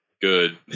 good